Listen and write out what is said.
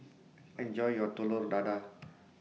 enoy your Telur Dadah